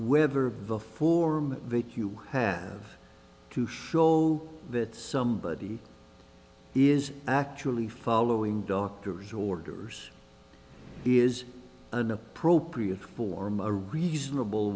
whether the form that you have to show that somebody is actually following doctor's orders is an appropriate form a reasonable